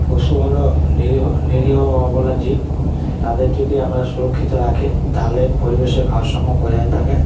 পশু হল নিরীহ নিরীহ অবলা জীব তাদের যদি আমরা সুরক্ষিত রাখি তাহলে পরিবেশের ভারসাম্য বজায় থাকে